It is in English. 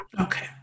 okay